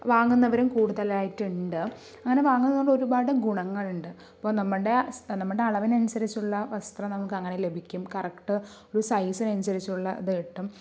വാങ്ങുന്നവരും കുടുതലായിട്ട് ഉണ്ട് അങ്ങനെ വാങ്ങുന്നത് ഒരുപാട് ഗുണങ്ങളുണ്ട് അപ്പോൾ നമ്മുടെ നമ്മുടെ അളവിന് അനുസരിച്ചുള്ള വസ്ത്രം ലഭിക്കും കറക്റ്റ് ഒര് സൈസിന് അനുസരിച്ചുള്ള ഇത് കിട്ടും